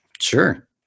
Sure